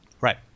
Right